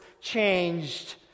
changed